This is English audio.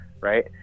right